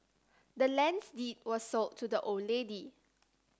the land's deed was sold to the old lady